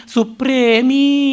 Supremi